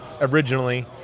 originally